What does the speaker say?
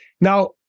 Now